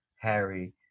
Harry